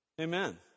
Amen